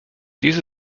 dies